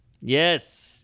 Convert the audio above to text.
Yes